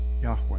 Yahweh